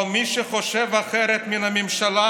אבל מי שחושב אחרת מן הממשלה,